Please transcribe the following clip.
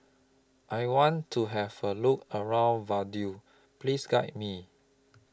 I want to Have A Look around Vaduz Please Guide Me